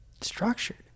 structured